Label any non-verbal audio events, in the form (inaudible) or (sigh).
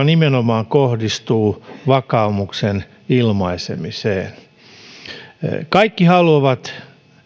(unintelligible) nimenomaan vakaumuksen ilmaisemiseen kohdistuvan rangaistuksen luonne kaikki haluavat